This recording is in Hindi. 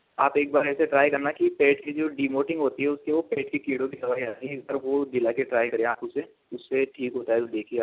आप एक बार ऐसे ट्राय करना कि पैट की जो डीमोटिंग होती है उसकी वो पेट के कीड़ों की दवाई आती है पर वो दिला के ट्राय करिए आप उसे उससे ठीक होता है तो देखिये आप